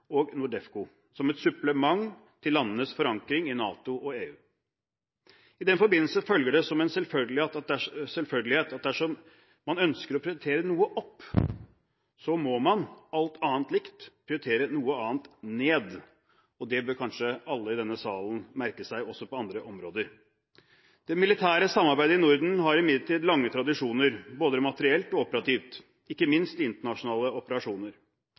og NORDEFCO som et supplement til landenes forankring i NATO og EU. I den forbindelse følger det som en selvfølgelighet at dersom man ønsker å prioritere noe opp, må man – alt annet likt – prioritere noe annet ned, og det bør kanskje alle i denne salen merke seg, også på andre områder. Det militære samarbeidet i Norden har imidlertid lange tradisjoner både materielt og operativt, ikke minst internasjonale operasjoner.